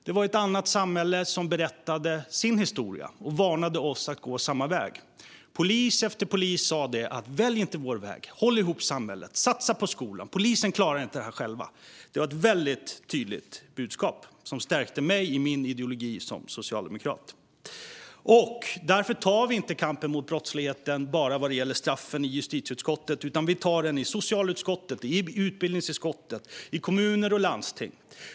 Det var ett annat samhälle som berättade sin historia och som varnade oss för att gå samma väg. Polis efter polis sa: Välj inte vår väg! Håll ihop samhället! Satsa på skolan! Polisen klarar det inte själva. Det var ett tydligt budskap som stärkte mig i min ideologi som socialdemokrat. Därför tar vi inte kampen mot brottsligheten bara vad gäller straffen i justitieutskottet, utan vi tar den i socialutskottet, i utbildningsutskottet och i kommuner och landsting.